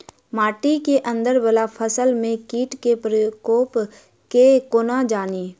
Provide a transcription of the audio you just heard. माटि केँ अंदर वला फसल मे कीट केँ प्रकोप केँ कोना जानि?